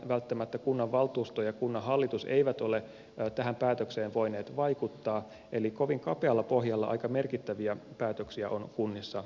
välttämättä kunnanvaltuusto ja kunnanhallitus eivät ole tähän päätökseen voineet vaikuttaa eli kovin kapealla pohjalla aika merkittäviä päätöksiä on kunnissa menty tekemään